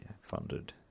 funded